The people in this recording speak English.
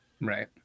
right